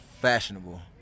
fashionable